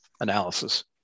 analysis